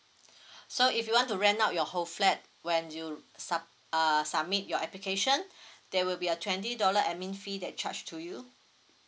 so if you want to rent out your whole flat when you sub uh submit your application there will be a twenty dollar admin fee that charge to you